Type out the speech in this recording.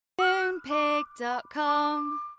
Moonpig.com